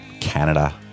canada